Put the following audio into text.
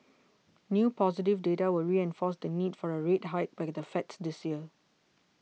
new positive data will reinforce the need for a rate hike by the Fed this year